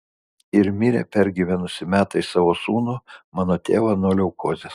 ir mirė pergyvenusi metais savo sūnų mano tėvą nuo leukozės